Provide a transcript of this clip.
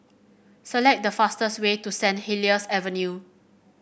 select the fastest way to Saint Helier's Avenue